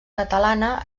catalana